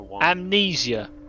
amnesia